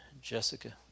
Jessica